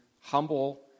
humble